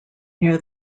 near